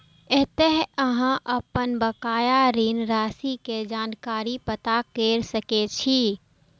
एतय अहां अपन बकाया ऋण राशि के जानकारी पता कैर सकै छी